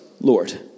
Lord